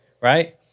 right